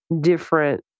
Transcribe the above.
different